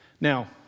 Now